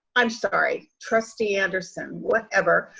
i'm sorry, trustee anderson, whatever,